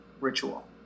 ritual